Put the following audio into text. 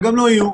וגם לא יהיו,